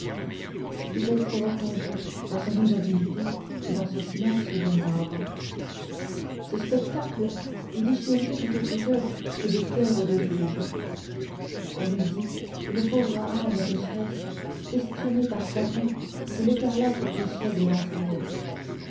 puis elle se replongea dans son immobilité et dans son silence de marbre ce spectacle eût déchiré tout autre coeur que des coeurs de juges on eût dit une pauvre âme pécheresse questionnée par satan sous l'écarlate guichet de l'enfer